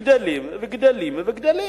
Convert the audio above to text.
וגדלים וגדלים וגדלים.